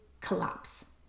collapse